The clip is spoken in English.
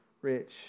rich